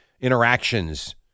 interactions